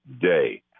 day